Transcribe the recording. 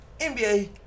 NBA